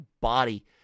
body